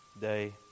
day